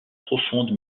profonde